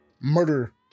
murder